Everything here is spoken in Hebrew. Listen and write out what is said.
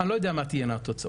אני לא יודע מה יהיו התוצאות,